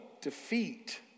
defeat